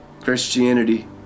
christianity